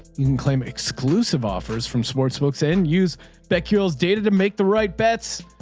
you can claim exclusive offers from sports folks in use that kills data to make the right bets.